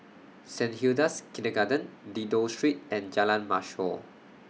Saint Hilda's Kindergarten Dido Street and Jalan Mashor